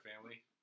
family